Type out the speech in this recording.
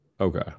Okay